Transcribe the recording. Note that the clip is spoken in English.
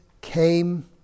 came